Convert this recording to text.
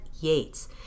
Yates